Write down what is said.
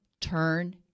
turn